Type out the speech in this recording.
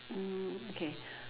mm okay